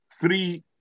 three